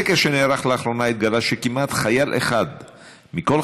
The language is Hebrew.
בסקר שנערך לאחרונה התגלה שכמעט חייל אחד מכל